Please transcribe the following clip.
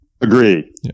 Agree